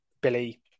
Billy